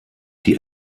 die